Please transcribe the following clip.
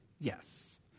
Yes